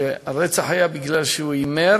שהרצח היה משום שהוא הימר